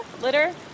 litter